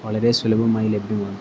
വളരെ സുലഭമായി ലഭ്യമാണ്